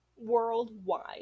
worldwide